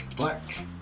Black